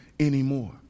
Anymore